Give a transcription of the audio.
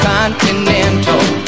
Continental